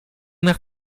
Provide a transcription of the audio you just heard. nach